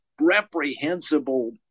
reprehensible